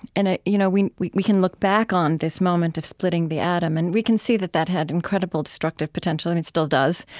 and ah you know, we we we can look back on this moment of splitting the atom and we can see that that had incredible destructive potential and it still does,